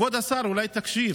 כבוד השר, אולי תקשיב?